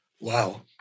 Wow